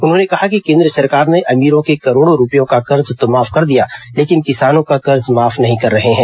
उन्होंने कहा कि केंद्र सरकार ने अमीरों के करोड़ों रूपये का कर्ज तो माफ कर दिया लेकिन किसानों का कर्ज माफ नहीं कर रहे हैं